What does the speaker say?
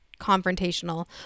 confrontational